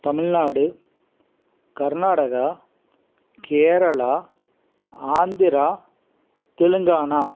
Tamil Nadu Karnataka Kerala Andhra Telangana